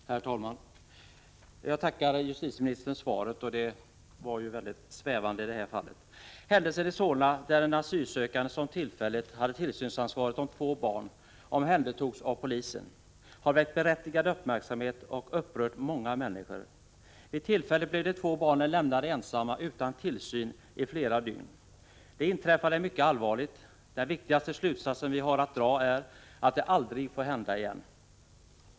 Herr talman! Jag tackar justitieministern för svaret, som var mycket svävande. Händelsen i Solna, där en asylsökande som tillfälligt hade tillsynsansvaret för två barn omhändertogs av polisen, har väckt berättigad uppmärksamhet och upprört många människor. Vid tillfället blev de två barnen lämnade ensamma utan tillsyn i flera dygn. Det inträffade är mycket allvarligt. Den viktigaste slutsatsen vi har att dra är att det aldrig får hända igen.